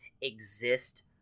exist